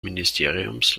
ministeriums